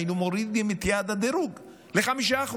היינו מורידים את יעד הגירעון ל-5%.